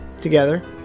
together